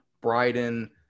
Bryden